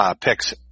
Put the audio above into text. picks